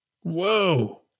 whoa